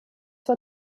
vor